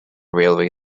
railway